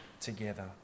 together